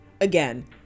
Again